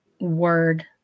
word